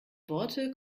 worte